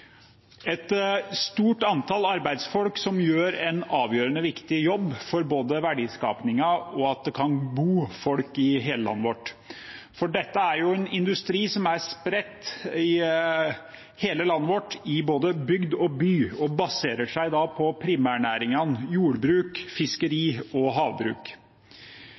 et stort antall arbeidsfolk som gjør en avgjørende viktig jobb både for verdiskapingen og for at det kan bo folk i hele landet vårt. For dette er en industri som er spredt over hele landet vårt, i både bygd og by, og baserer seg på primærnæringene jordbruk, fiskeri og havbruk.